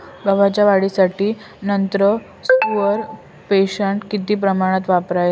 गव्हाच्या वाढीसाठी नत्र, स्फुरद, पोटॅश किती प्रमाणात वापरावे?